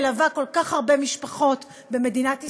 מלווה כל כך הרבה משפחות במדינת ישראל,